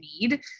need